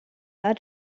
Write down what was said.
are